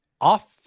Off